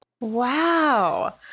Wow